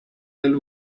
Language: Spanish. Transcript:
del